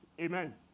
Amen